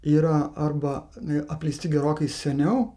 yra arba apleisti gerokai seniau